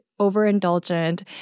overindulgent